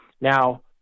Now